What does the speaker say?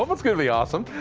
um it's going to be awesome!